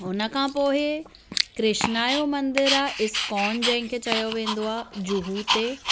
हुन खां पोइ कृष्णा जो मंदरु आहे इस्कॉन जंहिंखे चयो वेंदो आहे जुहू ते